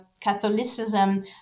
Catholicism